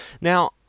Now